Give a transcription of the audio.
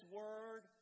word